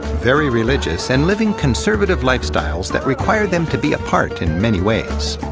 very religious, and living conservative lifestyles that require them to be apart in many ways.